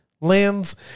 lands